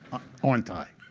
aren't i?